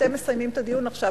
אתם מסיימים את הדיון עכשיו,